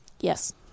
Yes